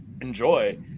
enjoy